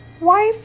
wife